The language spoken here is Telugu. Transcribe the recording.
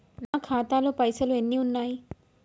నా ఖాతాలో పైసలు ఎన్ని ఉన్నాయి?